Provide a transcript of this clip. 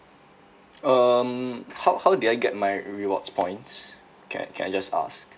um how how did I get my rewards points can can I just ask